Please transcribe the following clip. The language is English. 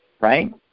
right